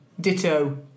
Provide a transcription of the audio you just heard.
Ditto